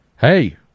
hey